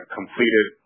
completed